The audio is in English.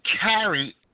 carry